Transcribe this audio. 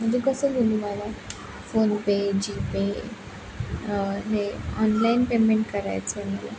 म्हणजे कसं देऊ तुम्हाला फोन पे जीपे हे ऑनलाईन पेमेंट करायचं आहे मला